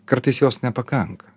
kartais jos nepakanka